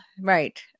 right